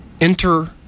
Enter